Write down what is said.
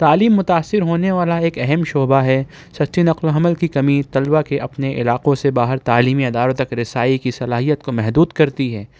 تعلیم متاثر ہونے والا ایک اہم شعبہ ہے سچی نقل و حمل کی کمی طلباء کے اپنے علاقوں سے باہر تعلیمی اداروں تک رسائی کی صلاحیت کو محدود کرتی ہے